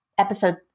episode